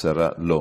השרה לא עונה,